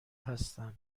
هستن